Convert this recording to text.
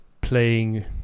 playing